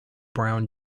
brown